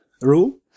rule